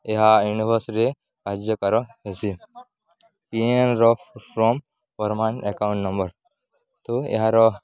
ଏହା ୟୁନିଭର୍ସରେ କାର୍ଯ୍ୟକାରୀ ହେସି ପିଏଏନ୍ର ଫୁଲଫର୍ମ ପର୍ମାନେଣ୍ଟ ଏକାଉଣ୍ଟ ନମ୍ବର ତ ଏହାର